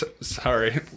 sorry